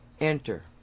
enter